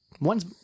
one's